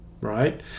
right